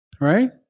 right